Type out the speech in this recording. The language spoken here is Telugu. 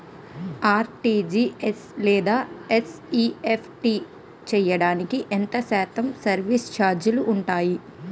ఆర్.టీ.జీ.ఎస్ లేదా ఎన్.ఈ.ఎఫ్.టి చేయడానికి ఎంత శాతం సర్విస్ ఛార్జీలు ఉంటాయి?